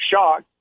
shocked